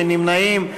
אין נמנעים.